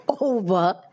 over